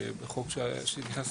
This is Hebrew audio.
חוק שנכנס,